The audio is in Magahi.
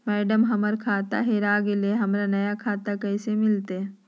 मैडम, हमर खाता हेरा गेलई, हमरा नया खाता कैसे मिलते